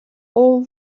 all